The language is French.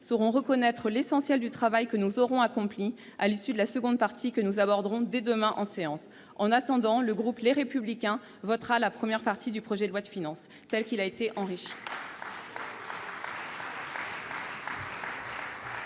sauront reconnaître l'essentiel du travail que nous aurons accompli à l'issue de la seconde partie, que nous aborderons dès demain en séance publique. En attendant, le groupe Les Républicains votera la première partie du projet de loi de finances tel qu'il a été enrichi.